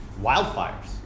wildfires